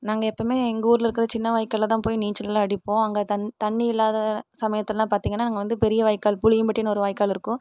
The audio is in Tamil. நாங்கள் எப்போதுமே எங்கள் ஊர்ல இருக்கிற சின்ன வாய்க்கால்ல தான் போய் நீச்சல்லாம் அடிப்போம் அங்கே தண்ணி தண்ணி இல்லாத சமயத்திலலாம் பார்த்திங்கன்னா நாங்கள் வந்து பெரிய வாய்க்கால் புளியம்பட்டின்னு ஒரு வாய்க்கால் இருக்கும்